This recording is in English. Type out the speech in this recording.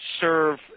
serve